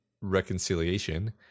reconciliation